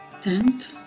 tent